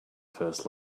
first